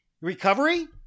recovery